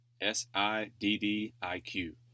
S-I-D-D-I-Q